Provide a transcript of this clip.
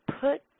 put